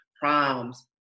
proms